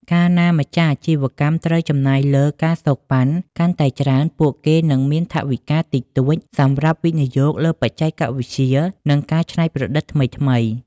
កាលណាម្ចាស់អាជីវកម្មត្រូវចំណាយលើ ការសូកប៉ាន់ កាន់តែច្រើន ពួកគេនឹងមានថវិកាតិចតួចសម្រាប់វិនិយោគលើបច្ចេកវិទ្យា និងការច្នៃប្រឌិតថ្មីៗ។